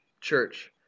church